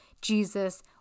Jesus